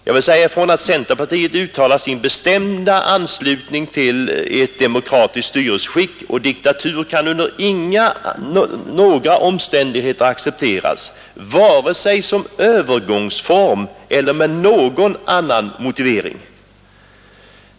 Jag vill säga ifrån att centerpartiet uttalar sin bestämda anslutning till ett demokratiskt styrelseskick, och diktatur kan inte under några omständigheter accepteras, vare sig som övergångsform eller med någon annan motivering.